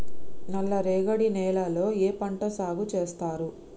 నల్లరేగడి నేలల్లో ఏ పంట సాగు చేస్తారు?